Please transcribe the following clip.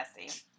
messy